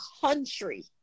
country